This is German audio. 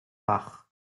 bach